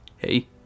Hey